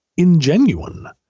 ingenuine